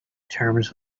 terms